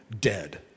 dead